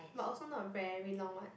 but also not a very long one